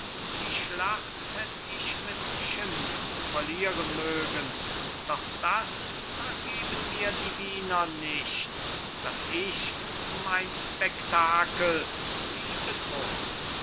die schlacht hätt ich mit schimpf verlieren mögen doch das vergeben mir die wiener nicht daß ich um ein spektakel sie